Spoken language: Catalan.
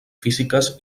físiques